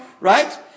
right